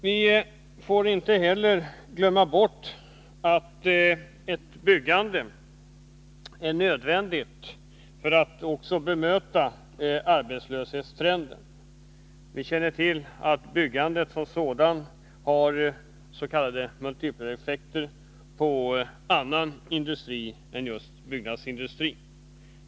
Vi får inte heller glömma bort att ett byggande är nödvändigt för att bemöta arbetslöshetstrenden. Vi känner till att byggandet som sådant har s.k. multipeleffekter på annan industri än just byggnadsindustrin.